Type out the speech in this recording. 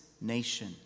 nation